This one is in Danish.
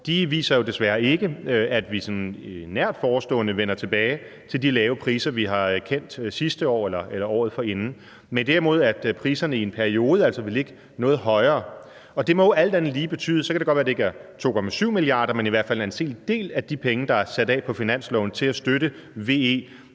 år, viser jo desværre ikke, at vi sådan nært forestående vender tilbage til de lave priser, vi har kendt sidste år eller året forinden, men derimod, at priserne i en periode vil ligge noget højere. Og det må jo alt andet lige betyde, at i hvert fald en anselig del af de 2,7 mia. kr., der er sat af på finansloven til at støtte